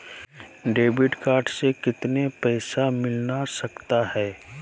Debit card से कितने पैसे मिलना सकता हैं?